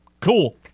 cool